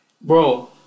Bro